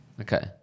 Okay